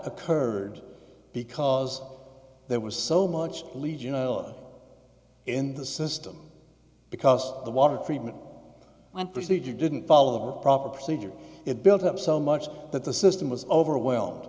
occurred because there was so much legionella in the system because of the water treatment and procedure didn't follow the proper procedure it built up so much that the system was overwhelmed